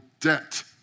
debt